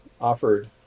offered